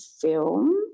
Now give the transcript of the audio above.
film